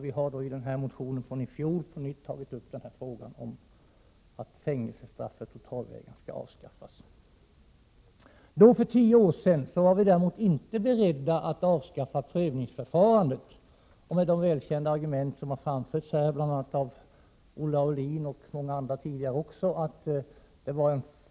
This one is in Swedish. Vi har i motionen från i fjol på nytt tagit upp frågan om att fängelsestraffet för totalvägran skall avskaffas. För tio år sedan var vi däremot inte beredda att avskaffa prövningsförfarandet med de välkända argument som har framförts här av bl.a. Olle Aulin.